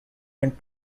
and